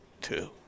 two